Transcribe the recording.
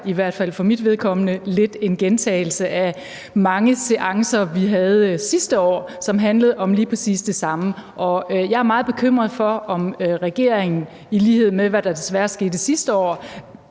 i hvert fald for mit vedkommende lidt en gentagelse af mange seancer, vi havde sidste år, som handlede om lige præcis det samme, og jeg er meget bekymret for, om regeringen, i lighed med hvad der desværre skete sidste år,